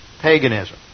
paganism